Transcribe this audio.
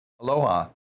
Aloha